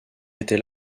était